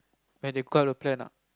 when they cut a plan ah